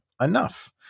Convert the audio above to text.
enough